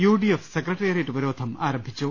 U D F secretariat ഉപരോധം ആരംഭിച്ചു